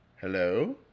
Hello